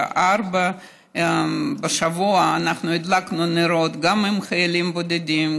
2994*. השבוע אנחנו הדלקנו נרות גם עם חיילים בודדים,